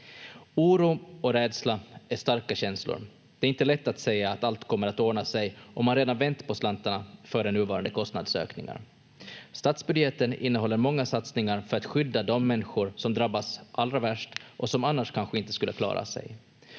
Oro och rädsla är starka känslor. Det är inte lätt att säga att allt kommer att ordna sig om man redan vänt på slantarna före nuvarande kostnadsökningar. Statsbudgeten innehåller många satsningar för att skydda de människor som drabbas allra värst och som annars kanske inte skulle klara sig.